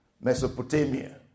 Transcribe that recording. Mesopotamia